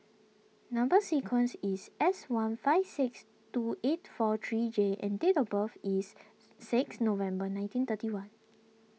Number Sequence is S one five six two eight four three J and date of birth is six November nineteen thirty one